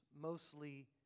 mostly